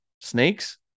snakes